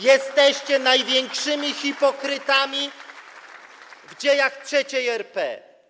Jesteście największymi hipokrytami w dziejach III RP.